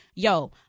Yo